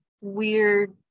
weird